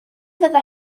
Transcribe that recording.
fydd